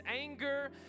anger